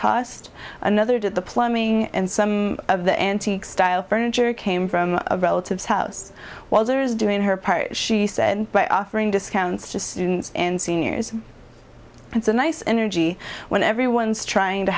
cost another did the plumbing and some of the antique style furniture came from a relative's house while there is doing her part she said by offering discounts just students and seniors it's a nice energy when everyone's trying to